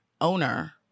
owner